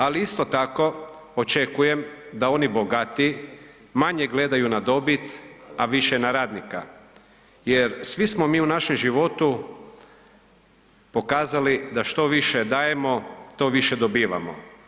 Ali isto tako očekujem da oni bogatiji manje gledaju na dobit, a više na radnika, jer svi smo mi u našem životu pokazali da što više dajemo to više dobivamo.